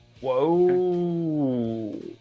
Whoa